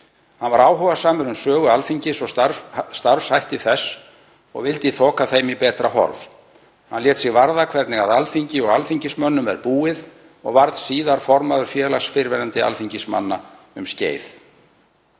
Hann var áhugasamur um sögu Alþingis og starfshætti þess og vildi þoka þeim í betra horf. Hann lét sig varða hvernig að Alþingi og alþingismönnum er búið og var síðar formaður Félags fyrrverandi alþingismanna um skeið.